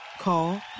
Call